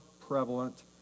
prevalent